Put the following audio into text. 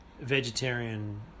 Vegetarian